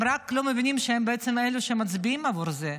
הם רק לא מבינים שהם בעצם אלה שמצביעים עבור זה.